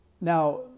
Now